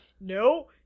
No